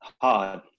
hard